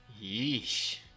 Yeesh